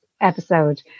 episode